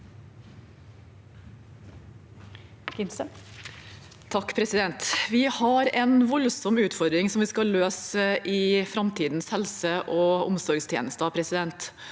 Vi har en vold- som utfordring vi skal løse i framtidens helse- og omsorgstjenester.